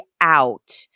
out